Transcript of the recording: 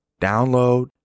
Download